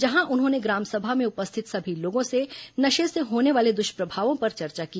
जहां उन्होंने ग्राम सभा में उपस्थित सभी लोगों से नशे से होने वाले दुष्प्रभावों पर चर्चा की